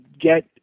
get